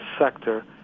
sector